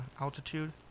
altitude